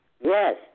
Yes